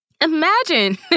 Imagine